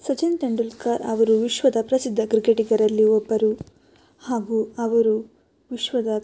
ಸಚಿನ್ ತೆಂಡೂಲ್ಕರ್ ಅವರು ವಿಶ್ವದ ಪ್ರಸಿದ್ಧ ಕ್ರಿಕೆಟಿಗರಲ್ಲಿ ಒಬ್ಬರು ಹಾಗೂ ಅವರು ವಿಶ್ವದ